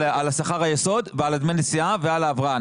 על שכר היסוד, על דמי הנסיעה ועל ההבראה.